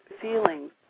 feelings